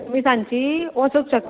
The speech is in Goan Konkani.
तुमी सांची वोसोंक शकता